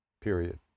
Period